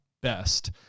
best